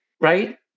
right